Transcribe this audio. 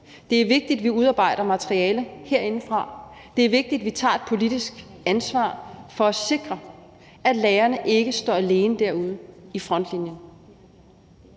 Det er vigtigt, at vi herindefra udarbejder materialer, det er vigtigt, at vi tager et politisk ansvar for at sikre, at lærerne ikke står alene derude i frontlinjen.